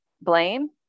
blame